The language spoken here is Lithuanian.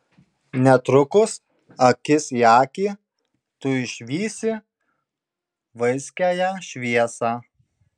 netrukus akis į akį tu išvysi vaiskiąją šviesą